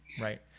right